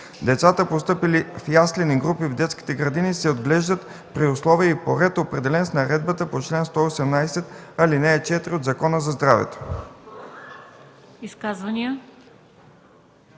Децата, постъпили в яслени групи в детските градини, се отглеждат при условия и по ред, определени с наредбата по чл. 118, ал. 4 от Закона за здравето.”